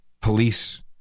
police